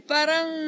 Parang